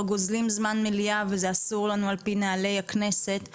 גוזלים מזמן המליאה וזה אסור לנו על-פי נהלי הכנסת.